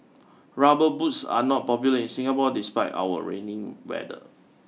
rubber boots are not popular in Singapore despite our rainy weather